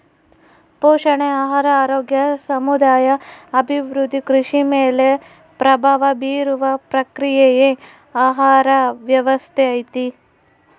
ಪೋಷಣೆ ಆಹಾರ ಆರೋಗ್ಯ ಸಮುದಾಯ ಅಭಿವೃದ್ಧಿ ಕೃಷಿ ಮೇಲೆ ಪ್ರಭಾವ ಬೀರುವ ಪ್ರಕ್ರಿಯೆಯೇ ಆಹಾರ ವ್ಯವಸ್ಥೆ ಐತಿ